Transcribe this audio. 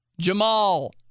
Jamal